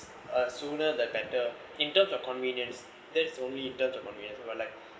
uh sooner the better in terms of convenience that's only in term when you got like